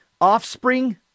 Offspring